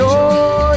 Joy